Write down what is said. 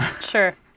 Sure